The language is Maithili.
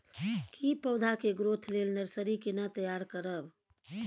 की पौधा के ग्रोथ लेल नर्सरी केना तैयार करब?